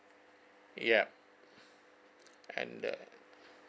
yup and uh